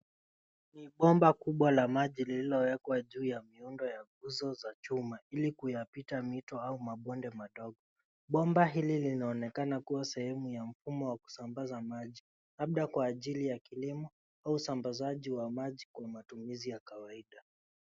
Ni bomba kuu la maji lililowekwa juu ya miundo ya nguzo ya chuma ili kuyapita mito au mabonde madogo. Bomba hili linaonekana kuwa sehemu ya mfumo wa kusambaza maji labda kwa ajili ya kilimo au usambazaji wa maji kwa matumizi ya kawaida.